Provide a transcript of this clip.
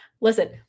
Listen